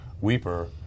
Weeper